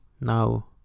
Now